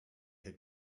had